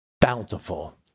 bountiful